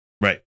Right